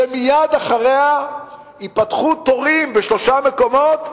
ומייד אחריה ייפתחו תורים בשלושה מקומות,